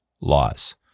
laws